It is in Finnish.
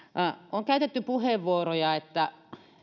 on käytetty sellaisia puheenvuoroja että